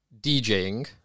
DJing